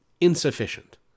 insufficient